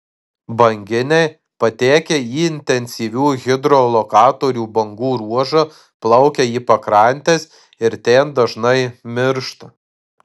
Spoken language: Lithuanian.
banginiai patekę į intensyvių hidrolokatorių bangų ruožą plaukia į pakrantes ir ten dažnai miršta